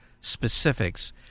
specifics